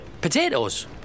Potatoes